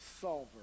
solver